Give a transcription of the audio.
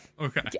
okay